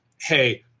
Hey